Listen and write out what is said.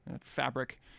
fabric